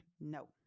no